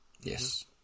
Yes